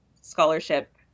scholarship